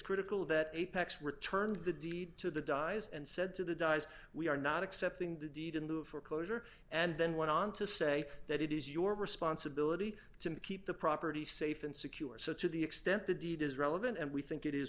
critical that apex returned the deed to the dies and said to the dies we are not accepting the deed in lieu of foreclosure and then went on to say that it is your responsibility to keep the property safe and secure so to the extent the deed is relevant and we think it is